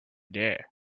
there